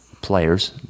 players